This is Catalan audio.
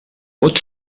pot